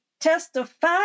testify